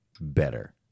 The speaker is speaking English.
better